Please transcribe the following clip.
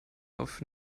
auf